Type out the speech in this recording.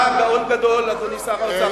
אתה גאון גדול, אדוני שר האוצר הקודם.